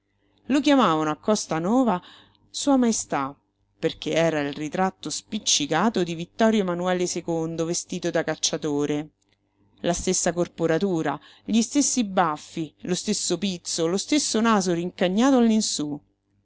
lo chiamavano a costanova sua maestà perché era il ritratto spiccicato di ittorio manuele vestito da cacciatore la stessa corporatura gli stessi baffi lo stesso pizzo lo stesso naso